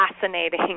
fascinating